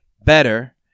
better